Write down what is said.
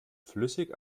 flüssig